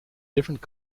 different